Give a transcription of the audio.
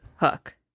hook